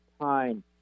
time